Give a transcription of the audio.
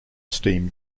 steam